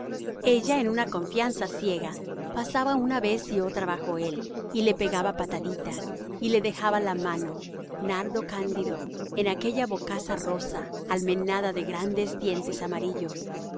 ella en una confianza ciega pasaba una vez y otra bajo él y le pegaba pataditas y le dejaba la mano nardo cándido en aquella bocaza rosa almenada de grandes dientes amarillos